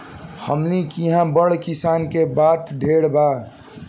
हमनी किहा बड़ किसान के बात ढेर बा